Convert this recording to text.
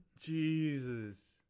jesus